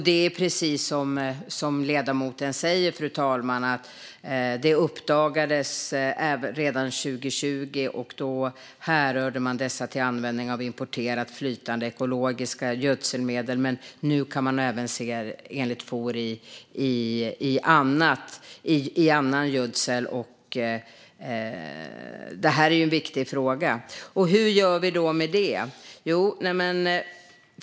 Det är precis som ledamoten säger, fru talman: Detta uppdagades redan 2020, och då hänförde man det till användningen av importerade flytande ekologiska gödselmedel. Nu kan man enligt FOR se det även i annan gödsel. Detta är en viktig fråga. Hur gör vi då med det?